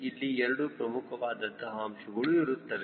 ಇಲ್ಲಿ ಎರಡು ಪ್ರಮುಖವಾದಂತಹ ಅಂಶಗಳು ಇರುತ್ತವೆ